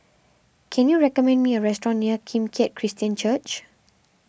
can you recommend me a restaurant near Kim Keat Christian Church